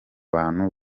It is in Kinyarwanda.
bantu